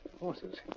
Horses